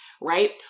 right